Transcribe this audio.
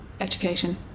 education